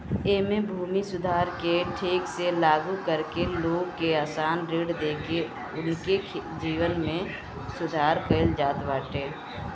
एमे भूमि सुधार के ठीक से लागू करके लोग के आसान ऋण देके उनके जीवन में सुधार कईल जात बाटे